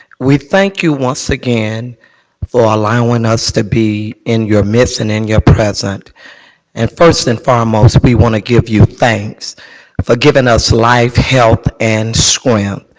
we thank you once again for allowing us to be in your midst and in your presence and first and foremost we want to give you thanks for giving us life, health and so strength. um